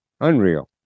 Unreal